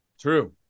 True